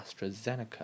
AstraZeneca